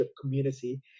community